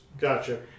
Gotcha